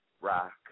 rock